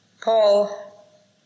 Paul